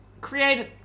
create